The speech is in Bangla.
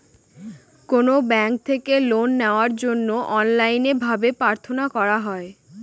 কোনো ব্যাঙ্ক থেকে লোন নেওয়ার জন্য অনলাইনে ভাবে প্রার্থনা করা হয়